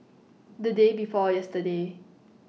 The Day before yesterday